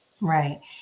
Right